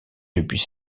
depuis